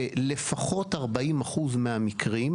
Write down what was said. לפחות 40 אחוזים מהמקרים,